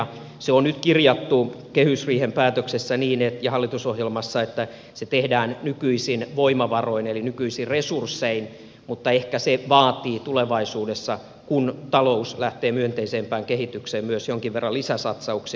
se on nyt kirjattu kehysriihen päätöksessä ja hallitusohjelmassa niin että se tehdään nykyisin voimavaroin eli nykyisin resurssein mutta ehkä se vaatii tulevaisuudessa kun talous lähtee myönteisempään kehitykseen myös jonkin verran lisäsatsauksia